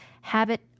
habit